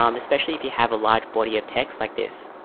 um especially if you have a large body of text like this,